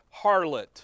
harlot